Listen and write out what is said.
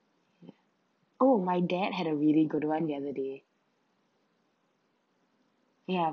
oh my dad had a really good one the other day ya